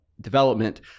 development